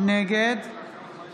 נגד ישראל כץ, נגד רון